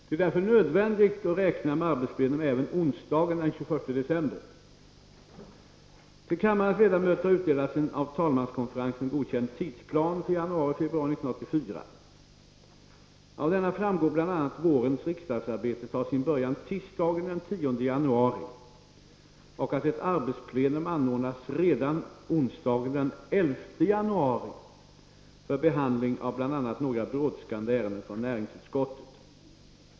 Det är därför nödvändigt att räkna med arbetsplenum även onsdagen den 21 december. Till kammarens ledamöter har utdelats en av talmanskonferensen godkänd tidsplan för januari och februari 1984. Av denna framgår bl.a. att vårens riksdagsarbete tar sin början tisdagen den 10 januari och att ett arbetsplenum anordnas redan onsdagen den 11 januari för behandling av bl.a. några brådskande ärenden från näringsutskottet.